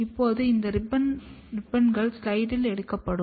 இப்போது இந்த ரிப்பன்கள் ஸ்லைடில் எடுக்கப்படும்